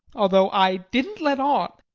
although i didn't let on.